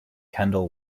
kendall